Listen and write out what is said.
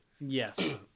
Yes